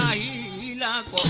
ah e